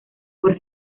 por